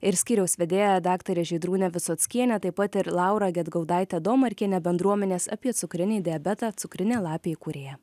ir skyriaus vedėja daktare žydrūne visockiene taip pat ir laura gedgaudaite domarkiene bendruomenės apie cukrinį diabetą cukrinė lapė įkūrėja